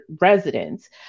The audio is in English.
residents